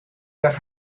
that